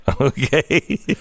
okay